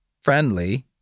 Friendly